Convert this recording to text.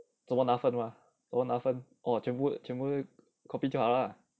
怎么拿分 mah 怎么拿分 copy 就好 lah